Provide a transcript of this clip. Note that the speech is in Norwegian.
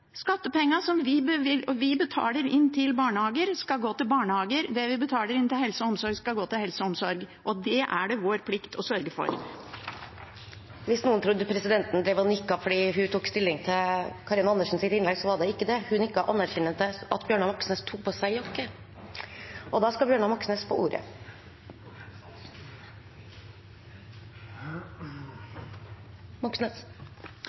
Skattepengene som vi betaler inn til barnehager, skal gå til barnehager. Det vi betaler inn til helse og omsorg, skal gå til helse og omsorg, og det er det vår plikt å sørge for. Hvis noen trodde at presidenten drev og nikket fordi hun tok stilling til Karin Andersens innlegg, var det ikke det. Hun nikket anerkjennende til at Bjørnar Moxnes tok på seg jakke.